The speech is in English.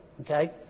Okay